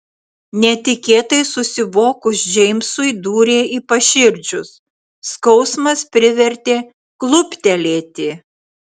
netikėtai susivokus džeimsui dūrė į paširdžius skausmas privertė kluptelėti